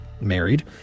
married